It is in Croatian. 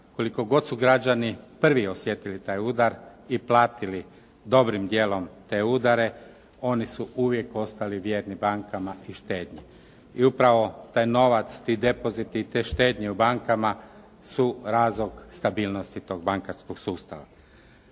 koliko god su građani prvi osjetili taj udar i platili dobrim dijelom te udare, oni su uvijek ostali vjerni bankama i štednji. I upravo taj novac, ti depoziti i te štednje u bankama su razlog stabilnosti tog bankarskog sustava.